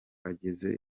ageze